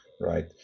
right